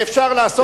ואפשר לעשות את זה.